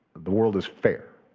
the world is fair.